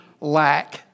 lack